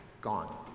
gone